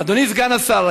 אדוני סגן השר,